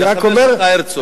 לחבר שלך הרצוג.